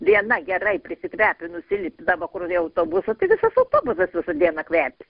viena gerai prisikvepinusi įlipdavo kur į autobusą tai visas autobusas visą dieną kvepia